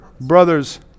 brothers